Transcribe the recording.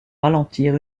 ralentir